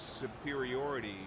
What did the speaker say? superiority